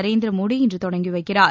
நரேந்திர மோடி இன்று தொடங்கி வைக்கிறார்